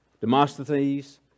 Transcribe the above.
Demosthenes